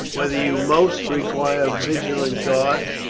whether you most require vigilant guards,